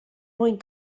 mwyn